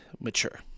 mature